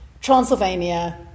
Transylvania